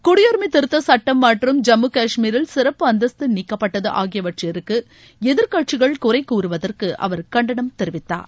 குடியுரிமை திருத்தச் சுட்டம் மற்றும் ஜம்மு காஷ்மீரில் சிறப்பு அந்தஸ்து நீக்கப்பட்டது ஆகியவற்றுக்கு எதிர்க்கட்சிகள் குறைகூறுவதற்கு அவர் கண்டனம் தெரிவித்தார்